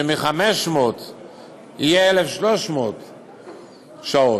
שמ-500 שעות יעלו ל-1,300 שעות,